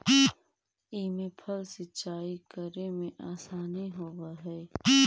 इमे फल संचित करे में आसानी होवऽ हई